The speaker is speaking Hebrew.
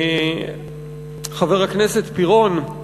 חבר הכנסת פירון,